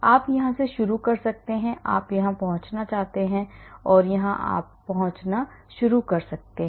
आप यहाँ से शुरू कर सकते हैं आप यहाँ पहुँचना चाहते हैं और यहाँ पहुँचना शुरू कर सकते हैं